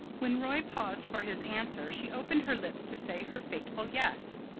when roy paused for his answer she opened her lips to say her fateful yes.